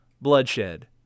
bloodshed